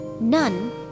None